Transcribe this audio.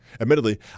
Admittedly